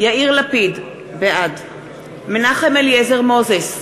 יאיר לפיד, בעד מנחם אליעזר מוזס,